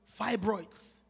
fibroids